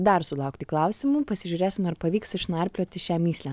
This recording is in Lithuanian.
dar sulaukti klausimų pasižiūrėsime ar pavyks išnarplioti šią mįslę